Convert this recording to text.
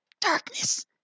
Darkness